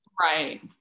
right